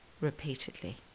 repeatedly